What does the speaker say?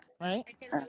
right